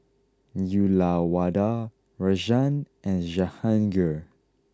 Uyyalawada Rajan and Jehangirr